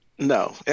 No